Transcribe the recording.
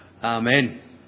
Amen